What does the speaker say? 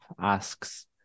asks